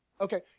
Okay